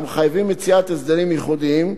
המחייבים מציאת הסדרים ייחודיים.